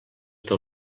del